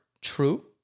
true